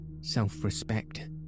self-respect